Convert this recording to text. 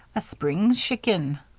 a spring schicken?